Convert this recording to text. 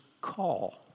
call